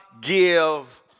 give